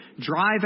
drive